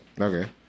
Okay